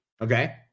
Okay